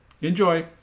Enjoy